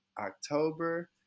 October